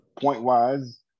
point-wise